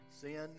Sin